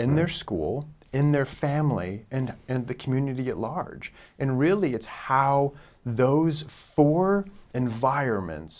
and their school in their family and in the community at large and really it's how those four environments